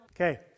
Okay